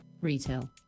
retail